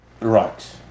Right